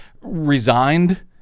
resigned